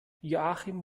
joachim